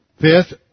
Fifth